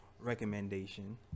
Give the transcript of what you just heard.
recommendation